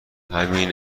همین